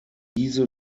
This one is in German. diese